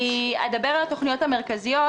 אני אדבר על התוכניות המרכזיות.